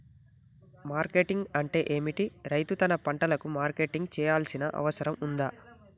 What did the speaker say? Marketing అంటే ఏమిటి? రైతు తన పంటలకు మార్కెటింగ్ చేయాల్సిన అవసరం ఉందా?